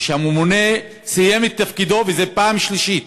כשהממונה סיים את תפקידו, וזאת פעם שלישית,